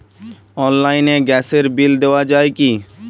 অনলাইনে গ্যাসের বিল দেওয়া যায় কি?